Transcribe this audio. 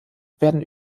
werden